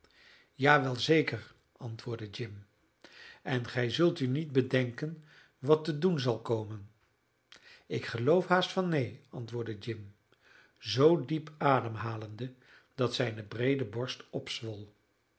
wel zeker antwoordde jim en gij zult u niet bedenken wat te doen zal komen ik geloof haast van neen antwoordde jim zoo diep ademhalende dat zijne breede borst